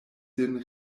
sin